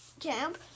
camp